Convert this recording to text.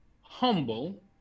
humble